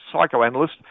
psychoanalyst